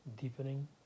deepening